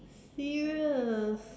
serious